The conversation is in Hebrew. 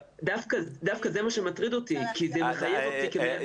דווקא זה מה שמטריד אותי כי זה מחייב אותי כמנהל בית ספר או כרשות